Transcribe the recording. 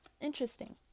interesting